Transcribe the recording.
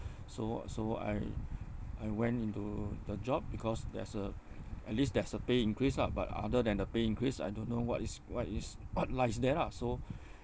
so so I I went into the job because there's a at least there's a pay increase lah but other than the pay increase I don't know what is what is what lies there lah so